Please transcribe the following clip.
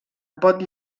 pot